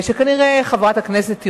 שכנראה חברת הכנסת תירוש,